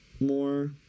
more